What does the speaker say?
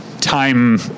time